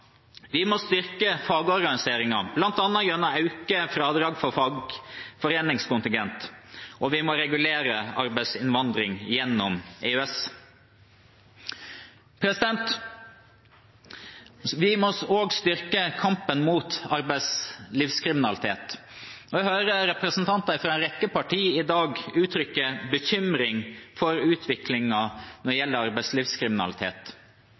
vi må styrke fagorganiseringen, bl.a. gjennom økt fradrag for fagforeningskontingent, og vi må regulere arbeidsinnvandring gjennom EØS. Vi må også styrke kampen mot arbeidslivskriminalitet. Jeg hører representanter fra en rekke partier i dag uttrykke bekymring for utviklingen når det gjelder arbeidslivskriminalitet.